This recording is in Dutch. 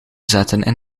zetten